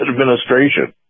administration